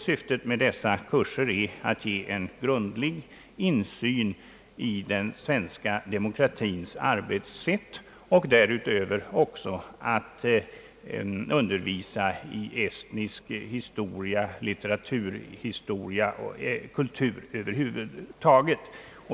Syftet med kurserna är att ge deltagarna en grundlig insyn i den svenska demokratins arbetssätt och därutöver även att undervisa om estnisk historia, litteraturhistoria och kultur över huvud taget.